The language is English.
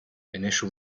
initial